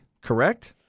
Correct